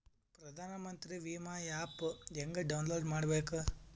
ಪ್ರಧಾನಮಂತ್ರಿ ವಿಮಾ ಆ್ಯಪ್ ಹೆಂಗ ಡೌನ್ಲೋಡ್ ಮಾಡಬೇಕು?